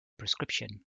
prescription